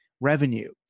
revenue